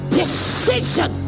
decision